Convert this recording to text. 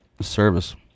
service